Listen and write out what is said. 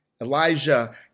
Elijah